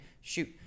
shoot